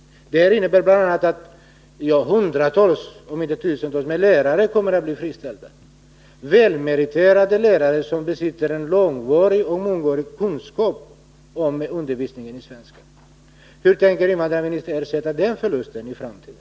Detta innebär bl.a. att hundratals — om inte tusentals — lärare kommer att bli friställda. Det gäller välmeriterade lärare som besitter mångårig kunskap om undervisningen i svenska. Hur tänker invandrarministern ersätta den förlusten i framtiden?